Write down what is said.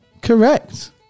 Correct